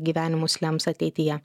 gyvenimus lems ateityje